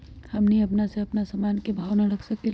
हमनी अपना से अपना सामन के भाव न रख सकींले?